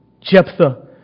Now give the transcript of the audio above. Jephthah